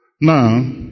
Now